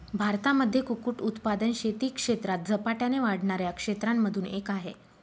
भारतामध्ये कुक्कुट उत्पादन शेती क्षेत्रात झपाट्याने वाढणाऱ्या क्षेत्रांमधून एक आहे